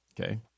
Okay